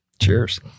cheers